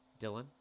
Dylan